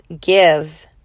give